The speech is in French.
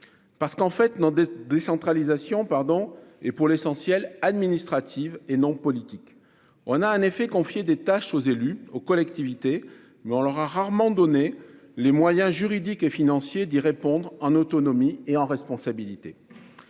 En fait, notre décentralisation est pour l'essentiel administrative et non politique. On a confié des tâches aux élus et aux collectivités, mais on leur a rarement donné les moyens juridiques et financiers d'y répondre en autonomie et en responsabilité.